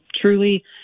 truly